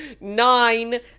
nine